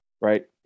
right